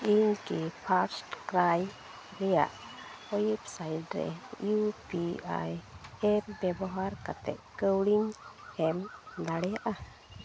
ᱤᱧ ᱠᱤ FirstCry ᱨᱮᱭᱟᱜ ᱚᱭᱮᱵᱽᱥᱟᱭᱤᱴ ᱨᱮ ᱤᱭᱩ ᱯᱤ ᱟᱭ ᱮᱯ ᱵᱮᱵᱚᱦᱟᱨ ᱠᱟᱛᱮᱫ ᱠᱟᱣᱰᱤᱧ ᱮᱢ ᱫᱟᱲᱮᱭᱟᱜᱼᱟ